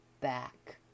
back